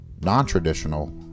non-traditional